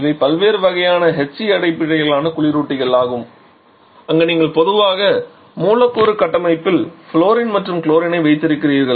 இவை பல்வேறு வகையான HC அடிப்படையிலான குளிரூட்டிகள் ஆகும் அங்கு நீங்கள் பொதுவாக மூலக்கூறு கட்டமைப்பில் ஃவுளூரின் மற்றும் குளோரினை வைத்திருக்கிறீர்கள்